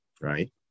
right